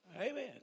Amen